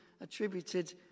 attributed